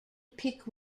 pick